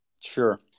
Sure